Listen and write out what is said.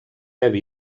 heavy